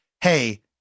hey